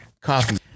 coffee